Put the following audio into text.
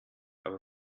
aber